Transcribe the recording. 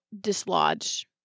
dislodge